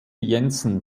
jensen